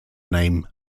name